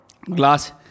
Glass